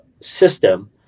system